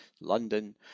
London